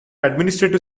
administrative